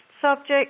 subject